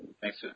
Thanks